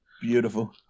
beautiful